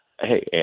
hey